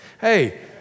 Hey